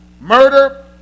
murder